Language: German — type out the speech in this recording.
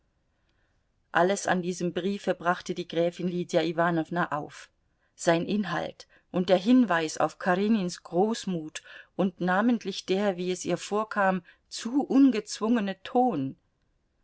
alles an diesem briefe brachte die gräfin lydia iwanowna auf sein inhalt und der hinweis auf karenins großmut und namentlich der wie es ihr vorkam zu ungezwungene ton